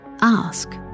Ask